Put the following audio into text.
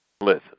listen